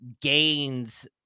gains